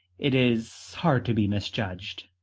it is hard to be misjudged.